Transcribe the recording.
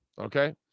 okay